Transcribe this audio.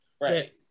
Right